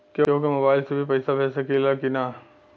केहू के मोवाईल से भी पैसा भेज सकीला की ना?